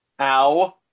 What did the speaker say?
Ow